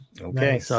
Okay